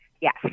Yes